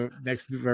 next